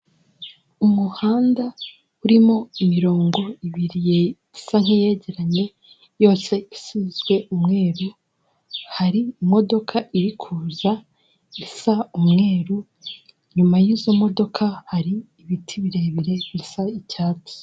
Umuhanda urimo imirongo ibiri isa nkiyegeranye yose isizwe umweru hari imodoka iri kuza isa umweru inyuma yizo modoka hari ibiti birebire bisa icyatsi.